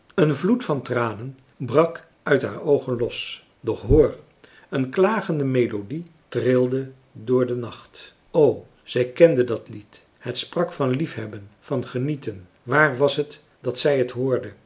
een vloed van tranen brak uit haar oogen los doch hoor een klagende melodie trilde door den nacht o zij kende dat lied het sprak van liefhebben van genieten waar was t dat zij t hoorde